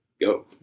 go